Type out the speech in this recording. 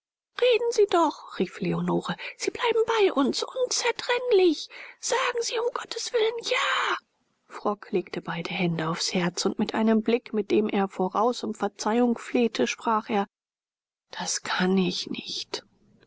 reden sie doch rief leonore sie bleiben bei uns unzertrennlich sagen sie um gotteswillen ja frock legte beide hände aufs herz und mit einem blick mit dem er voraus um verzeihung flehte sprach er das kann ich nicht